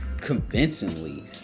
convincingly